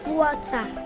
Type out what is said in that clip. water